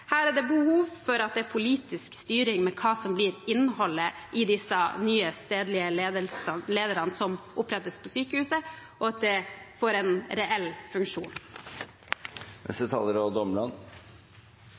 Her er det behov for at det er politisk styring med hva som blir innholdet når det gjelder disse nye stedlige ledelsene som opprettes ved sykehusene, og at det får en reell funksjon.